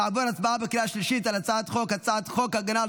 נעבור להצבעה בקריאה שלישית על הצעת חוק הגנה על